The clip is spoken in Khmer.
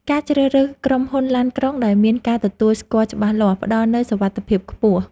ការជ្រើសរើសក្រុមហ៊ុនឡានក្រុងដែលមានការទទួលស្គាល់ច្បាស់លាស់ ផ្តល់នូវសុវត្ថិភាពខ្ពស់។